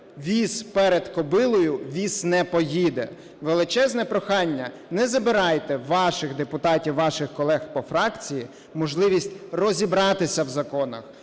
віз перед кобилою, віз не поїде. Величезне прохання, не забирайте у ваших депутатів, у ваших колег по фракції можливість розібратися в законах.